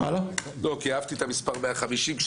כי אהבתי את המספר 150,